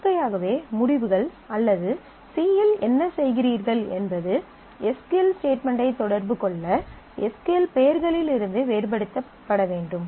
இயற்கையாகவே முடிவுகள் அல்லது சி யில் என்ன செய்கிறீர்கள் என்பது எஸ் க்யூ எல் ஸ்டேட்மென்ட் ஐ தொடர்பு கொள்ள எஸ் க்யூ எல் பெயர்களிலிருந்து வேறுபடுத்தப்பட வேண்டும்